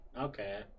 Okay